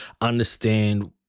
understand